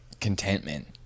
contentment